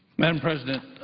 madam president,